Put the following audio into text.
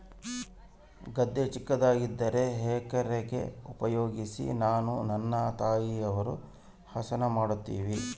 ಗದ್ದೆ ಚಿಕ್ಕದಾಗಿದ್ದರೆ hay rake ಉಪಯೋಗಿಸಿ ನಾನು ನನ್ನ ತಾಯಿಯವರು ಹಸನ ಮಾಡುತ್ತಿವಿ